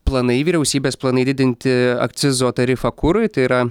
planai vyriausybės planai didinti akcizo tarifą kurui tai yra